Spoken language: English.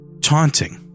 Taunting